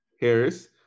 Harris